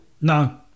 no